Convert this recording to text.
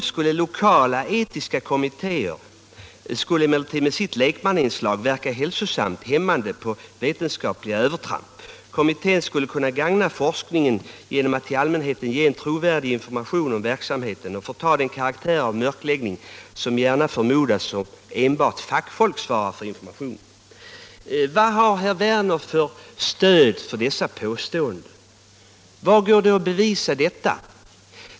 Kommittén skulle också kunna gagna forskningen genom att till allmänheten ge en trovärdig information om verksamheten och förta den karaktär av ”mörkläggning” som gärna förmodas om enbart fackfolk svarar för informationen.” Vad har herr Werner för stöd för dessa påståenden? Går det att bevisa detta?